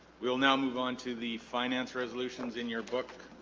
we will now move on to the finance resolutions in your book